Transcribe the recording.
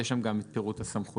יש גם את פירוט הסמכויות.